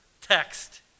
text